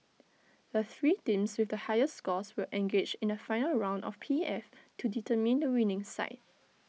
the three teams with the highest scores will engage in A final round of P F to determine the winning side